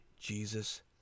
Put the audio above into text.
Jesus